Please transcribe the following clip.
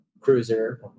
cruiser